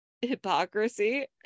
hypocrisy